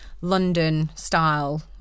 London-style